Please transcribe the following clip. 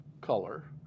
color